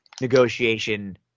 negotiation